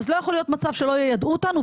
אז לא יכול להיות מצב שלא יידעו אותנו,